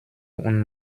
und